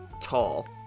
tall